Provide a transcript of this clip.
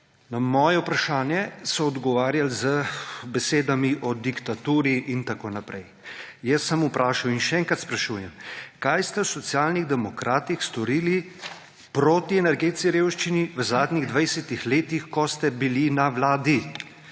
na moje vprašanje so odgovarjali z besedami o diktaturi in tako naprej. Jaz sem vprašal in še enkrat sprašujem – Kaj ste v Socialnih demokratih storili proti energetski revščini v zadnjih dvajsetih letih, ko ste bili na vladi?